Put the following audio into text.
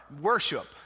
worship